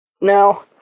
Now